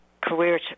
career